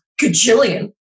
gajillion